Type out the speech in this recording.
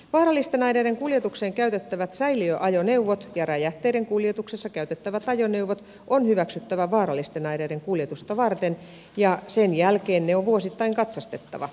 vaarallisten aineiden kuljetukseen käytettävät säiliöajoneuvot ja räjähteiden kuljetuksessa käytettävät ajoneuvot on hyväksyttävä vaarallisten aineiden kuljetusta varten ja sen jälkeen ne on vuosittain katsastettava